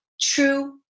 true